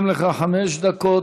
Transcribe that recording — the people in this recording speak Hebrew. גם לך חמש דקות.